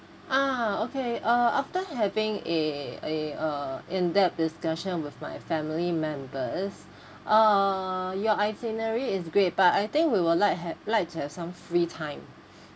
ah okay uh after having a a uh in depth discussion with my family members uh your itinerary is great but I think we will like ha~ like to have some free time